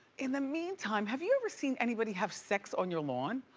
in the meantime, have you ever seen anybody have sex on your lawn?